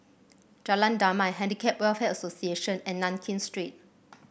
Jalan Damai Handicap Welfare Association and Nankin Street